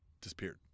disappeared